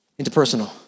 Interpersonal